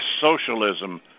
socialism